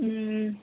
ꯎꯝ